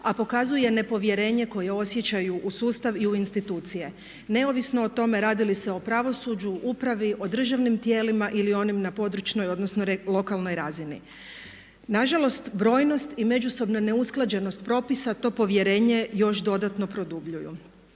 a pokazuje nepovjerenje koje osjećaju u sustav i u institucije neovisno o tom radi li se o pravosuđu, upravi, o državnim tijelima ili onim na područnoj, odnosno lokalnoj razini. Nažalost brojnost i međusobna neusklađenost propisa to povjerenje još dodatno produbljuju.